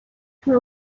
fue